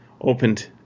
opened